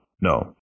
no